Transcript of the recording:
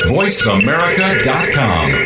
voiceamerica.com